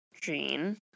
gene